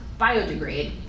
biodegrade